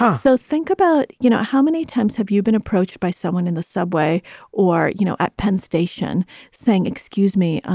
ah so think about, you know, how many times have you been approached by someone in the subway or, you know, at penn station saying, excuse me,